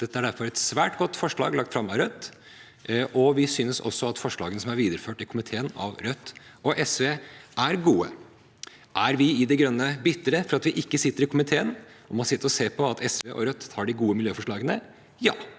Dette er derfor et svært godt forslag lagt fram av Rødt, og vi synes også at forslagene som er videreført i komiteen av Rødt og SV, er gode. Er vi i De Grønne bitre for at vi ikke sitter i komiteen og må sitte og se på at SV og Rødt har de gode miljøforslagene? Ja.